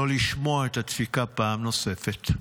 לא לשמוע את הדפיקה פעם נוספת.